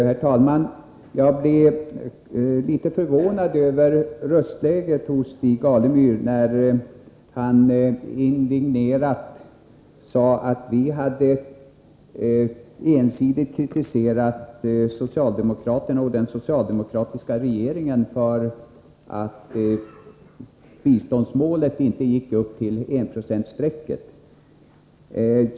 Herr talman! Jag blev litet förvånad över röstläget hos Stig Alemyr när han indignerad sade att vi ensidigt hade kritiserat den socialdemokratiska regeringen för att biståndet inte nådde upp till enprocentsstrecket.